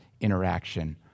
interaction